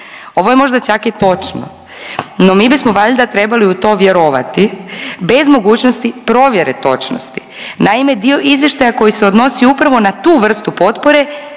Ovo je možda čak i točno, no mi bismo valjda trebali u to vjerovati bez mogućnosti provjere točnosti. Naime, dio Izvještaja koji se odnosi upravo na tu vrstu potpore,